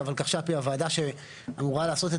כי הולקחש"פ היא הוועדה שאמורה לעשות את